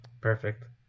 perfect